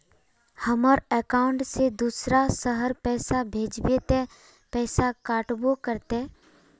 हमर अकाउंट से दूसरा शहर पैसा भेजबे ते पैसा कटबो करते?